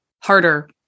harder